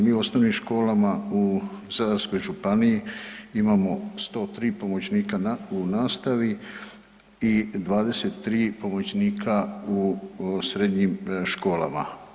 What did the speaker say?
Mi u osnovnim školama u Zadarskoj županiji imamo 103 pomoćnika u nastavi i 23 pomoćnika u srednjim školama.